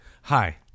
Hi